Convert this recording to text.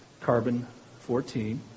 carbon-14